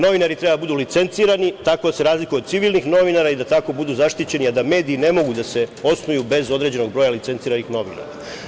Novinari treba da budu licencirani, tako da se razlikuju od civilnih novinara i da tako budu zaštićeni, a da mediji ne mogu da se osnuju bez određenog broja licenciranih novinara.